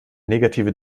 negative